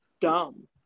dumb